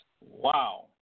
Wow